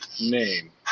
name